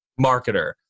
marketer